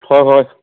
হয় হয়